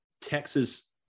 Texas